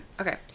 Okay